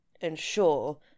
ensure